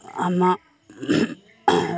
അമ്മ